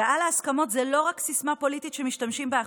הגעה להסכמות היא לא רק סיסמה פוליטית שמשתמשים בה עכשיו,